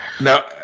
Now